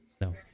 No